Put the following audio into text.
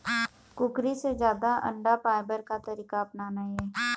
कुकरी से जादा अंडा पाय बर का तरीका अपनाना ये?